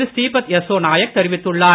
ஸ்ரீபத் யஸ்சோ நாயக் தெரிவித்துள்ளார்